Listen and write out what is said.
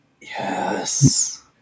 Yes